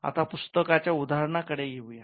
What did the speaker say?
आता पुस्तकाच्या उदाहरणाकडे येऊ या